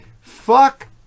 Fuck